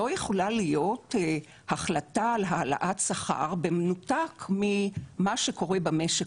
לא יכולה להיות החלטה על העלאת שכר במנותק ממה שקורה במשק